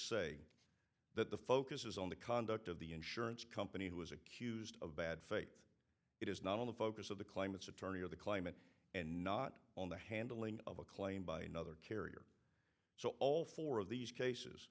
say that the focus is on the conduct of the insurance company who is accused of bad faith it is not on the focus of the climate's attorney or the climate and not on the handling of a claim by another carrier so all four of these cases